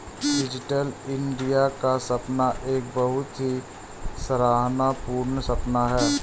digital India का सपना एक बहुत ही सराहना पूर्ण सपना है